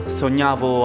sognavo